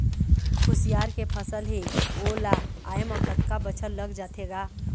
खुसियार के फसल हे ओ ला आय म कतका बछर लग जाथे गा?